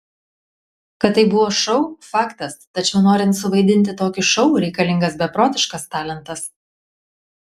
kad tai buvo šou faktas tačiau norint suvaidinti tokį šou reikalingas beprotiškas talentas